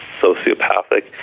sociopathic